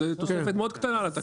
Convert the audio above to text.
זו תוספת מאוד קטנה לתקנות.